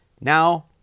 Now